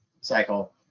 cycle